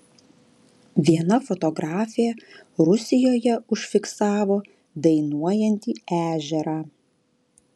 viena fotografė rusijoje užfiksavo dainuojantį ežerą